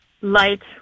light